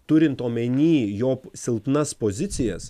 turint omeny jo silpnas pozicijas